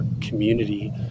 community